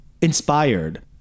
inspired